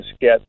get